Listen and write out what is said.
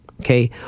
okay